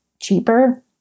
cheaper